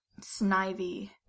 Snivy